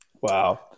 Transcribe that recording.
Wow